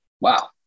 wow